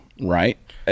right